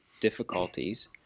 difficulties